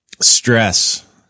Stress